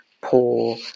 poor